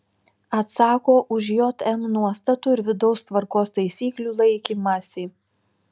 atsako už jm nuostatų ir vidaus tvarkos taisyklių laikymąsi